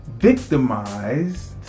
victimized